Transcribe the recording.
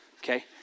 Okay